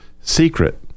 secret